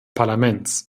parlaments